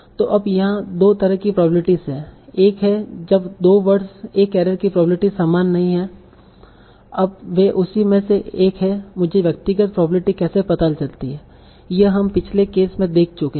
तो अब यहां 2 तरह की प्रोबेब्लिटीस हैं एक है जब 2 वर्ड्स एक एरर की प्रोबेब्लिटी समान नहीं हैं अब वे उसी में से एक हैं मुझे व्यक्तिगत प्रोबेब्लिटीस कैसे पता चलती हैं यह हम पिछले केस में देख चुके हैं